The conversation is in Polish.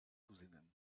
kuzynem